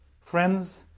Friends